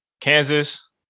Kansas